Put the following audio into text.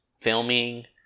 filming